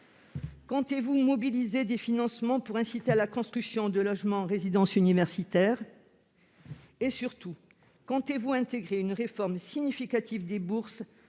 Comptez-vous mobiliser des financements pour inciter à la construction de logements en résidence universitaire ? Surtout, comptez-vous intégrer une réforme d'envergure des bourses